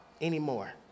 anymore